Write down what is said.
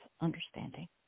understanding